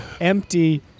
Empty